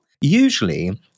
Usually